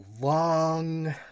long